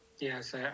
Yes